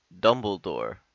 Dumbledore